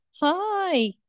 Hi